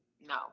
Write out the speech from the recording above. No